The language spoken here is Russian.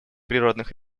природных